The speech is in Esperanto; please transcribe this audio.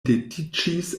dediĉis